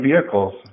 vehicles